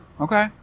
Okay